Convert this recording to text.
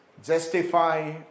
justify